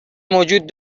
موجود